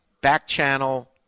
back-channel